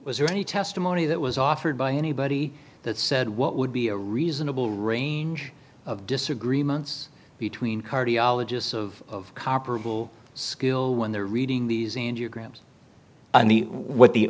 was there any testimony that was offered by anybody that said what would be a reasonable range of disagreements between cardiologists of comparable skill when they're reading these angiograms and the what the